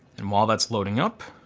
and while that's loading up,